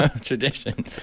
Tradition